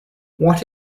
what